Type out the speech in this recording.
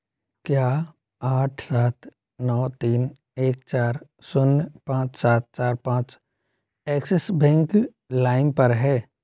क्या आठ सात नो तीन एक चार शून्य पाँच सात चार पाँच एक्सिस बैंक लाइम पर है